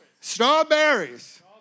Strawberries